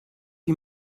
wie